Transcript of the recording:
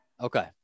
Okay